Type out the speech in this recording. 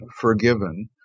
forgiven